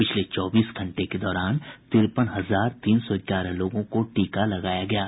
पिछले चौबीस घंटे के दौरान तिरपन हजार तीन सौ ग्यारह लोगों को टीका लगाया गया है